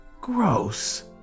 Gross